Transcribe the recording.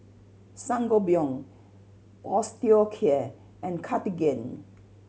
Sangobion Osteocare and Cartigain